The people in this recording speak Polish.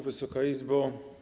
Wysoka Izbo!